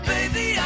Baby